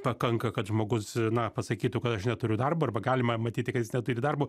pakanka kad žmogus na pasakytų kad aš neturiu darbo arba galima matyti kad jis neturi darbo